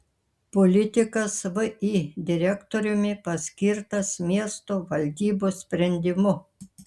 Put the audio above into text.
politikas vį direktoriumi paskirtas miesto valdybos sprendimu